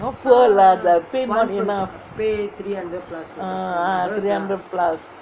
not poor lah the pay not enough ah three hundred plus